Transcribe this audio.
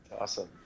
Awesome